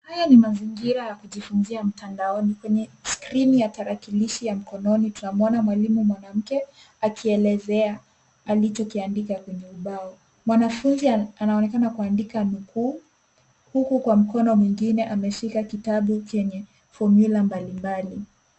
Haya ni mazingira ya kujifunzia mtandaoni. Kwenye skrini ya tarakilishi ya mkononi tunamwona mwalimu mwanamke akielezea alichokiandika kwenye ubao. Mwanafunzi anaonekana kuandika nukuu huku kwa mkono mwingine ameshika kitabu chenye fomula mbalimbali.